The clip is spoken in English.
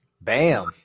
Bam